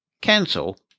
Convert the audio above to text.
Cancel